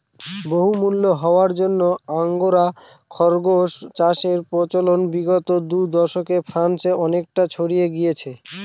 বহুমূল্য হওয়ার জন্য আঙ্গোরা খরগোস চাষের প্রচলন বিগত দু দশকে ফ্রান্সে অনেকটা ছড়িয়ে গিয়েছে